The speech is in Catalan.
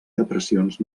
depressions